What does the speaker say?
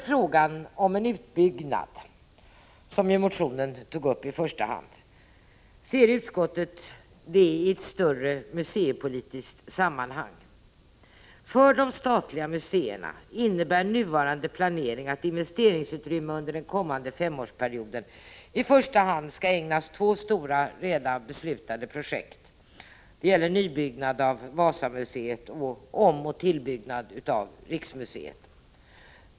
Frågan om en utbyggnad, som motionen ju i första hand tog upp, ser utskottet i ett större museipolitiskt sammanhang. För de statliga museerna innebär nuvarande planering att investeringsutrymmet under den kommande femårsperioden i första hand skall ägnas åt två stora, redan beslutade projekt. Det gäller nybyggnad av Wasamuseet och omoch tillbyggnad av Riksmuseet.